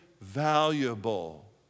valuable